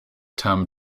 term